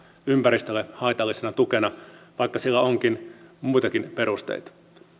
ympäristölle haitallisena tukena vaikka sillä on muitakin perusteita